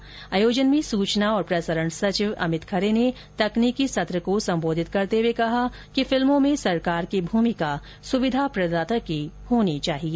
इस आयोजन में सूचना और प्रसारण सचिव अमित खरे ने तकनीकी सत्र को सम्बोधित करते हुए कहा कि फिल्मों में सरकार की भूमिका सुविधा प्रदाता की होनी चाहिए